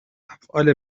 افعال